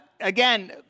again